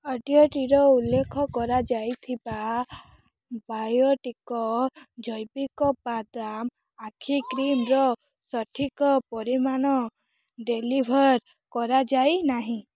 ଅର୍ଡ଼ରଟିର ଉଲ୍ଲେଖ କରାଯାଇଥିବା ବାୟୋଟିକ୍ ଜୈବିକ ବାଦାମ ଆଖି କ୍ରିମ୍ର ସଠିକ୍ ପରିମାଣ ଡେଲିଭର୍ କରାଯାଇ ନାହିଁ